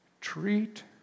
Treat